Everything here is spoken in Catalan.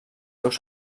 seus